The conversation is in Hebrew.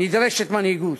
נדרשת מנהיגות,